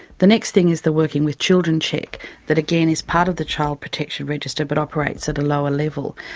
the next thing is the working with children check that again is part of the child protection register but operates at a lower level,